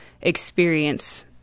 experience